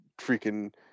freaking